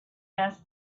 asked